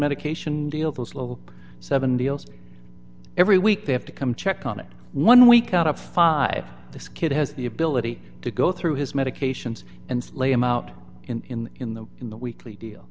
medication deal those little seven deals every week they have to come check on it one week out of five this kid has the ability to go through his medications and lay him out in in the in the weekly deal